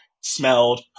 smelled